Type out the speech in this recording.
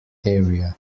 area